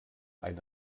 eine